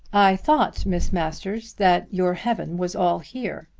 i thought, miss masters, that your heaven was all here.